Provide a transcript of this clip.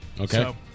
Okay